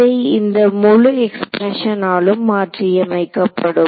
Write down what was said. இதை இந்த முழு எக்ஸ்பிரஷனாலும் மாற்றியமைக்கப்படும்